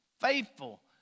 Faithful